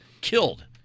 killed